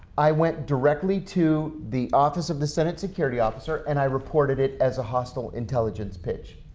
i went directly to the office of the senate security officer and i reported it as a hostile intelligence pitch.